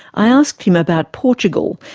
i asked him about portugal,